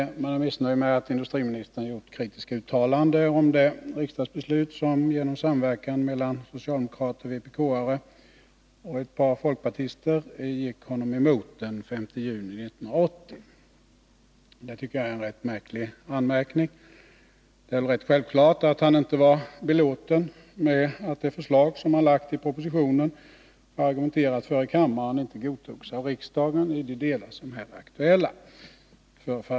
De är missnöjda med att industriministern har gjort kritiska uttalanden om det riksdagsbeslut som genom samverkan mellan socialdemokrater, vpk-are och ett par folkpartister gick honom emot den 5 juni 1980. Jag tycker att detta är en rätt märklig kritik. Det är väl rätt självklart att han inte var belåten med att det förslag som han lagt fram i propositionen och argumenterat för i kammaren inte godtogs av riksdagen i de delar som här är aktuella.